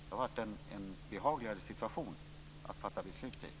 Det har varit en behagligare situation att fatta beslut i.